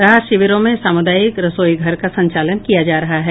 राहत शिविरों में सामुदायिक रसोईघर का संचालन किया जा रहा है